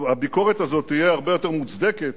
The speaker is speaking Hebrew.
הביקורת הזאת תהיה הרבה יותר מוצדקת